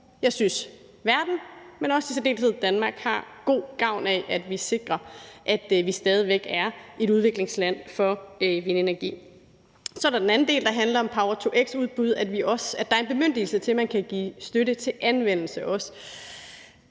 jeg synes, at verden, men også i særdeleshed Danmark har god gavn af, at vi sikrer, at vi stadig væk er et land, der udvikler vindenergiteknologi. Så er der den anden del, der handler om power-to-x-udbud, altså at der er en bemyndigelse til, at man også kan give støtte til anvendelse.